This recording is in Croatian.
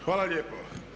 Hvala lijepo.